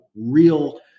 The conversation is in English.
real